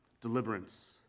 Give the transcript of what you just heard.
deliverance